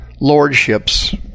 Lordships